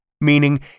meaning